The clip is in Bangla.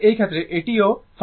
সুতরাং এই ক্ষেত্রে এটি ও ϕ